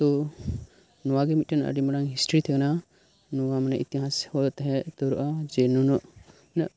ᱛᱳ ᱱᱚᱣᱟ ᱜᱮ ᱢᱤᱫᱴᱮᱱ ᱟᱹᱰᱤ ᱢᱟᱨᱟᱝ ᱦᱤᱥᱴᱨᱤ ᱛᱟᱦᱮ ᱠᱟᱱᱟ ᱱᱚᱭᱟ ᱢᱟᱱᱮ ᱤᱛᱤᱦᱟᱥ ᱨᱮᱦᱚᱸ ᱛᱟᱦᱮᱸ ᱩᱛᱟᱹᱨᱚᱜᱼᱟ ᱡᱮ ᱱᱩᱱᱟᱹᱜ